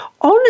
On